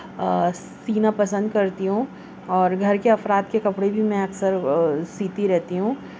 سینا پسند کرتی ہوں اور گھر کے افراد کے کپڑے بھی میں اکثر سیتی رہتی ہوں